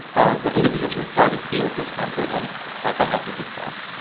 the individual will start to feel discomfort and that they have to give back.